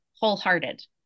wholehearted